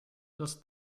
does